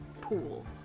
pool